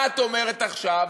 מה את אומרת עכשיו,